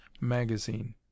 magazine